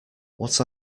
what